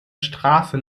straße